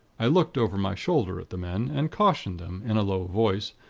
i looked over my shoulder at the men, and cautioned them, in a low voice,